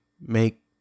make